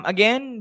Again